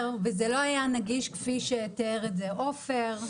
וזה לא היה נגיש כפי שתיאר את זה עופר.